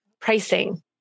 pricing